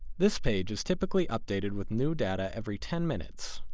this page is typically updated with new data every ten minutes.